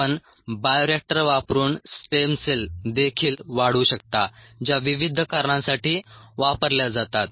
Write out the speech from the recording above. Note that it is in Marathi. आपण बायोरिएक्टर वापरून स्टेम सेल देखील वाढवू शकता ज्या विविध कारणांसाठी वापरल्या जातात